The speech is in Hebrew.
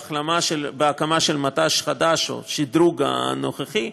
בהקמה של מט"ש חדש או שדרוג הנוכחי,